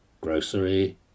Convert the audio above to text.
Grocery